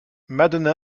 madonna